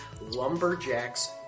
lumberjack's